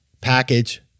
Package